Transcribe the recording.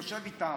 יושב איתם.